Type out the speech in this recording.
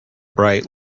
bright